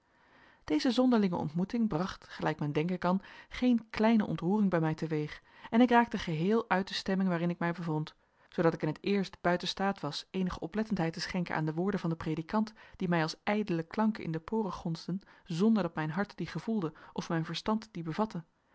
deze zonderlinge ontmoeting bracht gelijk men denken kan geen kleine ontroering bij mij te weeg en ik raakte geheel uit de stemming waarin ik mij bevond zoodat ik in het eerst buiten staat was eenige oplettendheid te schenken aan de woorden van den predikant die mij als ijdele klanken in de poren gonsden zonder dat mijn hart die gevoelde of mijn verstand die bevatte